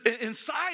inside